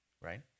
right